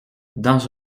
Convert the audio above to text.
dans